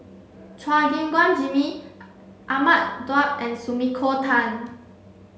Chua Gim Guan Jimmy Ahmad Daud and Sumiko Tan